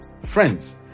Friends